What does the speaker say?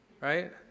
right